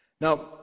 Now